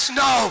no